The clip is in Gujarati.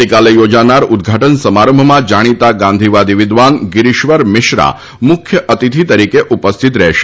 આવતીકાલે યોજાનાર ઉદઘાટન સમારંભમાં જાણીતા ગાંધીવાદી વિદ્વાન ગીરીશ્વર મિશ્રા મુખ્ય અતિથિ તરીકે ઉપસ્થિત રહેશે